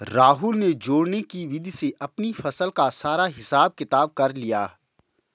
राहुल ने जोड़ने की विधि से अपनी फसल का सारा हिसाब किताब कर लिया